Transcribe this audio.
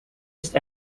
ist